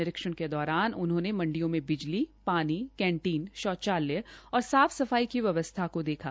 निरीक्षण के दौरान उन्होंने मंडियो में बिजली पानी कैंटीन शौचालय और साफ सफाई की व्यवस्था को देखा